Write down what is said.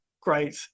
great